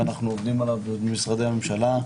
ואנחנו עובדים עליו במשרדי הממשלה.